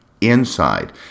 inside